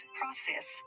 process